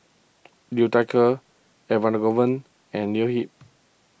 Liu Thai Ker Elangovan and Leo Yip